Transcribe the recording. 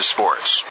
Sports